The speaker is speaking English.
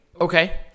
Okay